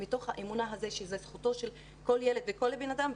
מתוך האמונה שזו זכותו של כל ילד וכל בן אדם,